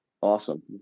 Awesome